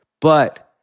But-